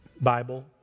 Bible